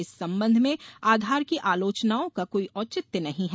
इस संबंध में आधार की आलोचनाओं का कोई औचित्य नहीं है